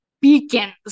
beacons